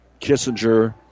Kissinger